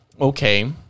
okay